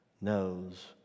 knows